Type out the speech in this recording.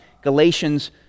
Galatians